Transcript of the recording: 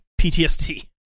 PTSD